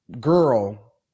girl